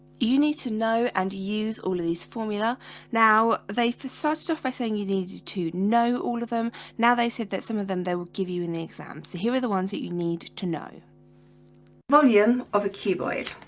you need to know and use all these formula now they start so so off by saying you needed to know all them now they said that some of them. they will give you in the exam. so here are the ones that you need to know volume of a cuboid